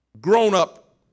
grown-up